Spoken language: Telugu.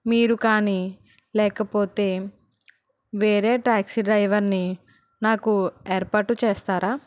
మీరు కానీ లేకపోతే వేరే టాక్సీ డ్రైవర్ని నాకు ఏర్పాటు చేస్తారా